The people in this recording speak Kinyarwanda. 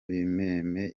ibimeme